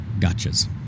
gotchas